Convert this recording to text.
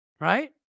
right